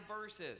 verses